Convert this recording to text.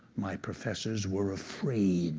my professors were afraid